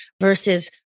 versus